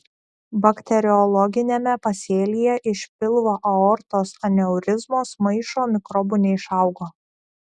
bakteriologiniame pasėlyje iš pilvo aortos aneurizmos maišo mikrobų neišaugo